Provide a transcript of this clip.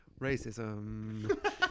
racism